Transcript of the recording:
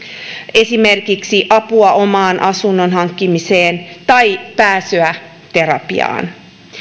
esimerkiksi apua oman asunnon hankkimiseen tai pääsyä terapiaan